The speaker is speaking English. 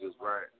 right